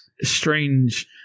strange